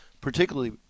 particularly